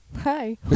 Hi